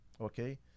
okay